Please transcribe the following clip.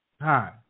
hi